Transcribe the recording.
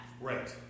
Right